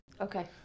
Okay